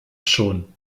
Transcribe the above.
schon